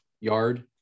yard